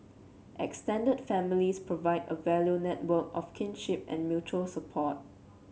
extended families provide a value network of kinship and mutual support